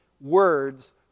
words